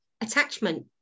attachment